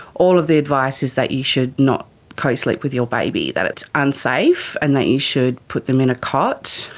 all of the advice is that you should not co-sleep with your baby, that it's unsafe and that you should put them in a cot.